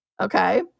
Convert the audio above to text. Okay